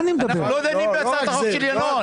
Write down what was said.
לא דנים על הצעת החוק של ינון.